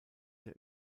der